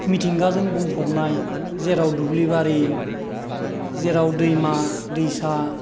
मिथिंगाजों बुंफबनाय जेराव दुब्लिबारि जेराव दैमा दैसा